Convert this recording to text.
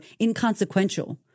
inconsequential